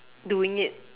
doing it